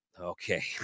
Okay